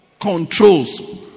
Controls